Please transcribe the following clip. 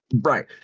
right